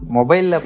Mobile